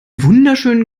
wunderschönen